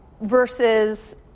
Versus